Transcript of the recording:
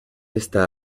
esta